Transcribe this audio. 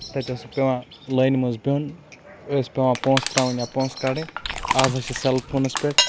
تَتہِ اوس پیٚوان لٲنہِ منٛز بِہُن ٲسۍ پیٚوان پونسہٕ تراوٕنۍ یا پونسہٕ کَڑٕںۍ آز حظ چھُ سیل فونَس پٮ۪ٹھ